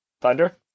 Thunder